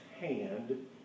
hand